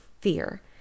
fear